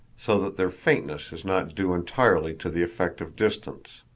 so that their faintness is not due entirely to the effect of distance.